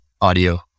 audio